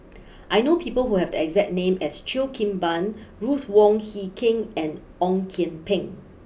I know people who have the exact name as Cheo Kim Ban Ruth Wong Hie King and Ong Kian Peng